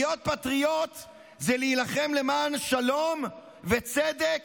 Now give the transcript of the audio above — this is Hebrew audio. להיות פטריוט זה להילחם למען שלום וצדק,